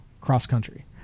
cross-country